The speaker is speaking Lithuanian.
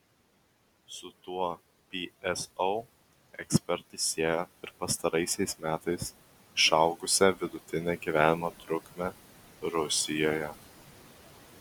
su tuo pso ekspertai siejo ir pastaraisiais metais išaugusią vidutinę gyvenimo trukmę rusijoje